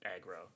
aggro